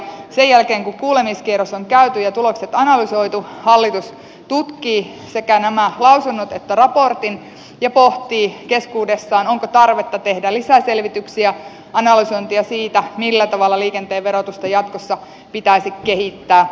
sen jälkeen kun kuulemiskierros on käyty ja tulokset analysoitu hallitus tutkii sekä nämä lausunnot että raportin ja pohtii keskuudessaan onko tarvetta tehdä lisäselvityksiä analysointia siitä millä tavalla liikenteen verotusta jatkossa pitäisi kehittää